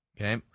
Okay